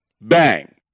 Bang